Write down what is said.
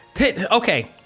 Okay